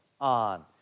on